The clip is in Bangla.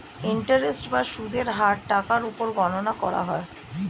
ইন্টারেস্ট বা সুদের হার টাকার উপর গণনা করা হয়